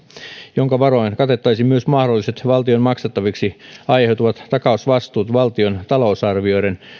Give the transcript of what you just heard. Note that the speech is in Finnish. jonka varoin katettaisiin myös mahdolliset valtion maksettaviksi aiheutuvat takausvastuut valtion talousarvioiden